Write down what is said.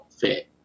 fit